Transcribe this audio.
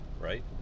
right